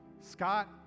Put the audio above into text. Scott